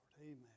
Amen